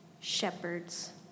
Shepherds